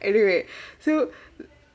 anyway so